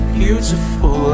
beautiful